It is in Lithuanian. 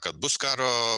kad bus karo